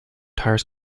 guitars